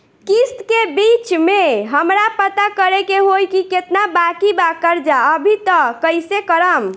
किश्त के बीच मे हमरा पता करे होई की केतना बाकी बा कर्जा अभी त कइसे करम?